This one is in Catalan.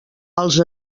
els